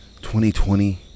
2020